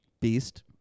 Beast